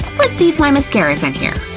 let's see if my mascara's in here.